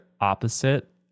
opposite